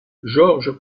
george